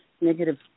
negative